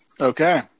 Okay